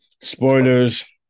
Spoilers